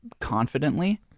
confidently